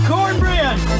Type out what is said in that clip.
Cornbread